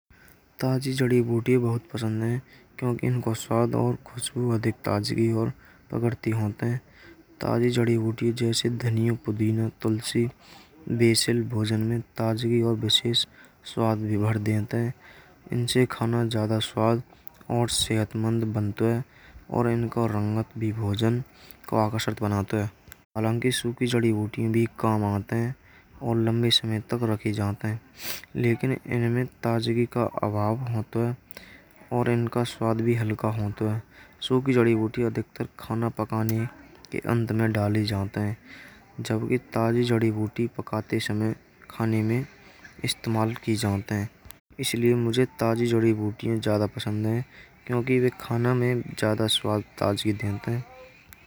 ताजी जड़ी बूटी बहुत पसंद है। क्योंकि इनको स्वाद और खुशबू अधिक ताजगी और पकड़ती होती हैं। ताजी जड़ी बूटी जैसी धनिया पुदीना तुलसी बिचल भोजन में ताजगी और विशेष स्वाद भी भर देते हैं। इनसे खाना ज्यादा स्वाद और सेहतमंद बनाता है और इनको रंगत भी भोजन को आकर्षण साथ में बनाते हैं। हालांकि सूखी जड़ी बूटी भी काम आते हैं। और लंबे समय तक राखी जाता है। लेकिन इनमें ताजी का भाव होता है। और इनका स्वाद भी हल्का होता है। जड़ी बूटी अधिकार खाना पकाने के अंत में डाले जाते हैं। जबकि ताजी जड़ी बूटी पकाते समय खाने में इस्तेमाल की जाती है। इसलिए मुझे ताजी जड़ी बूटियाँ ज्यादा पसंद हैं। क्योंकि वह खाना में ज्यादा स्वाद ताजगी देती हैं।